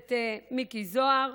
הכנסת מיקי זוהר.